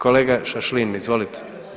Kolega Šašlin, izvolite.